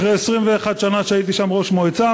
אחרי 21 שנה שהייתי שם ראש מועצה,